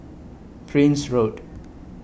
Prince Road